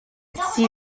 sie